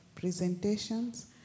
presentations